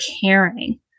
caring